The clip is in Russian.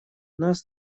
нас